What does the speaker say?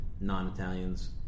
non-italians